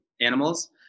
animals